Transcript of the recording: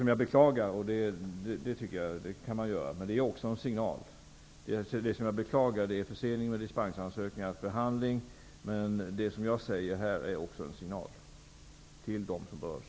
Jag beklagar förseningen av behandlingen av dispensansökningarna. Men det jag har sagt här är också en signal till dem som berörs.